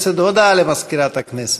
הודעה למזכירת הכנסת.